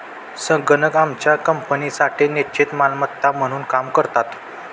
संगणक आमच्या कंपनीसाठी निश्चित मालमत्ता म्हणून काम करतात